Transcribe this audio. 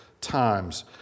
times